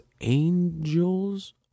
angels